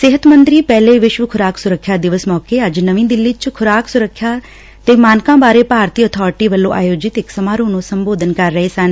ਸਿਹਤ ਮੰਤਰੀ ਪਹਿਲੇ ਵਿਸ਼ਵ ਖੁਰਾਕ ਸੁਰੱਖਿਆ ਦਿਵਸ ਮੌਕੇ ਅੱਜ ਨਵੀਂ ਦਿੱਲੀ ਚ ਖੁਰਾਕ ਸੁਰੱਖਿਆ ਤੇ ਮਾਨਕਾਂ ਬਾਰੇ ਭਾਰਤੀ ਅਬਾਰਟੀ ਵੱਲੋਂ ਆਯੋਜਿਤ ਇਕ ਸਮਾਰੋਹ ਨੁੰ ਸੰਬੋਧਨ ਕਰ ਰਹੇ ਸਨ